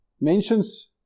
mentions